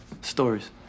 Stories